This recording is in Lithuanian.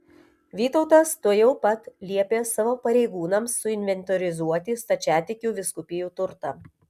vytautas tuojau pat liepė savo pareigūnams suinventorizuoti stačiatikių vyskupijų turtą